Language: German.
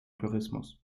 tourismus